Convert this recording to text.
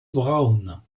brown